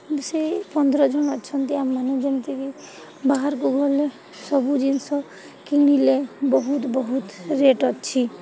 ସେହି ପନ୍ଦର ଜଣ ଅଛନ୍ତି ଆମେମାନେ ଯେମିତିକି ବାହାରକୁ ଗଲେ ସବୁ ଜିନିଷ କିଣିଲେ ବହୁତ ବହୁତ ରେଟ୍ ଅଛି